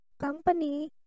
company